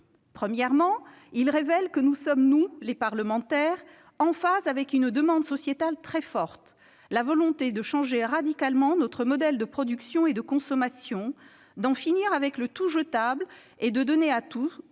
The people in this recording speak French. Premièrement, il révèle que nous sommes, nous parlementaires, en phase avec une demande sociétale très forte d'un changement radical de notre modèle de production et de consommation, pour en finir avec le « tout-jetable », en donnant à tous